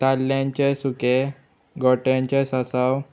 ताल्ल्यांचें सुकें गोठ्यांचें सासांव